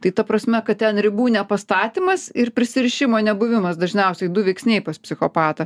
tai ta prasme kad ten ribų nepastatymas ir prisirišimo nebuvimas dažniausiai du veiksniai pas psichopatą